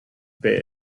paste